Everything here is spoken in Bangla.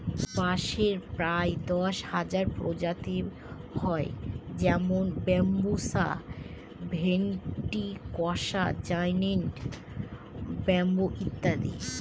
বাঁশের প্রায় দশ হাজার প্রজাতি হয় যেমন বাম্বুসা ভেন্ট্রিকসা জায়ন্ট ব্যাম্বু ইত্যাদি